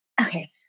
okay